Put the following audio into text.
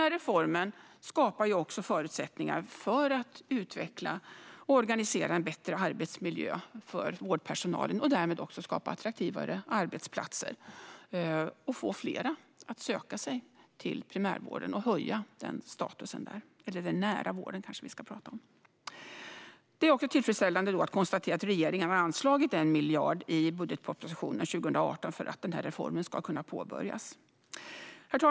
Reformen skapar förutsättningar för att utveckla och organisera en bättre arbetsmiljö för vårdpersonalen och därmed skapa attraktivare arbetsplatser och få fler att söka sig till primärvården - eller vi kanske ska tala om den nära vården - och höja statusen där. Det är tillfredsställande att kunna konstatera att regeringen har anslagit 1 miljard i budgetpropositionen för 2018 för att reformen ska kunna påbörjas. Herr talman!